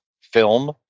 film